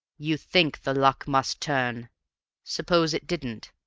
you think the luck must turn suppose it didn't?